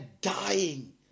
dying